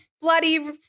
bloody